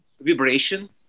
vibration